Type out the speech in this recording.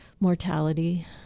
mortality